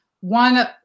one